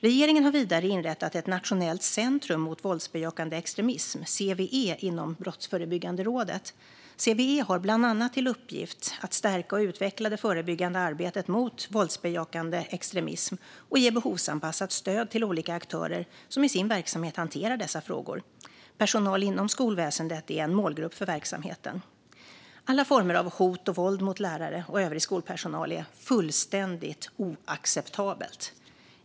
Regeringen har vidare inrättat ett nationellt center mot våldsbejakande extremism, CVE, inom Brottsförebyggande rådet. CVE har bland annat till uppgift att stärka och utveckla det förebyggande arbetet mot våldsbejakande extremism och ge behovsanpassat stöd till olika aktörer som i sin verksamhet hanterar dessa frågor. Personal inom skolväsendet är en målgrupp för verksamheten. Alla former av hot och våld mot lärare och övrig skolpersonal är fullständigt oacceptabelt.